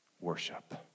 worship